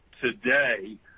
today